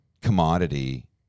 commodity